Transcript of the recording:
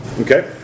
okay